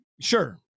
sure